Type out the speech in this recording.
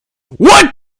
what